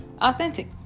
authentic